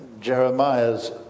Jeremiah's